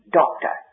doctor